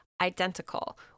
identical